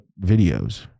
videos